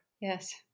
Yes